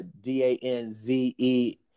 D-A-N-Z-E